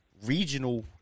Regional